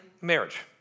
marriage